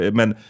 men